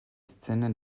szene